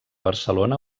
barcelona